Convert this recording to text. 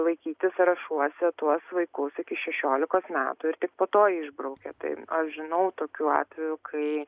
laikyti sąrašuose tuos vaikus iki šešiolikos metų ir tik po to išbraukia tai aš žinau tokių atvejų kai